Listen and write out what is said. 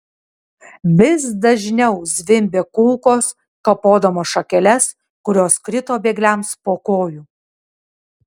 vis dažniau zvimbė kulkos kapodamos šakeles kurios krito bėgliams po kojų